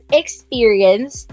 experience